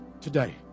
today